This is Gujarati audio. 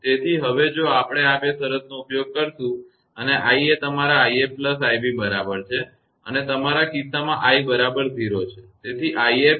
તેથી હવે જો આપણે આ બે શરતનો ઉપયોગ કરીશું અને i એ તમારા 𝑖𝑓 𝑖𝑏 બરાબર છે અને તે તમારા કિસ્સામાં i બરાબર 0 છે